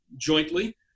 jointly